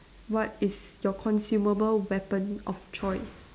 what is your consumable weapon of choice